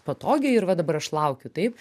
patogiai ir va dabar aš laukiu taip